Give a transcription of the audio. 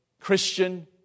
Christian